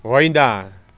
होइन